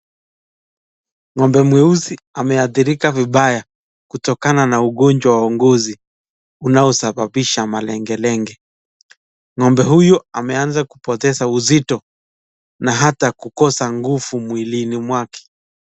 Ng'ombe mweusi ameathirika vibaya kutokana na ugonjwa wa ngozi unaosababisha malengelenge. Ng'ombe huyo ameanza kupoteza uzito na hata kukosa nguvu mwilini mwake.